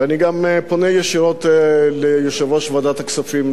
ואני גם פונה ישירות ליושב-ראש ועדת הכספים,